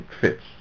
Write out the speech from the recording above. fits